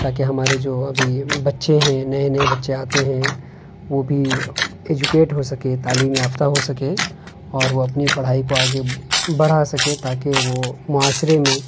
تاکہ ہمارے جو ابھی بچے ہیں نئے نئے بچے آتے ہیں وہ بھی ایجوکیٹ ہو سکیں تعلیم یافتہ ہو سکیں اور وہ اپنی پڑھائی کو آگے بڑھا سکیں تاکہ وہ معاشرے میں